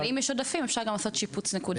אבל אם יש עודפים אפשר גם לעשות שיפוץ נקודתי.